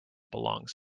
belongs